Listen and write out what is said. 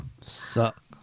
suck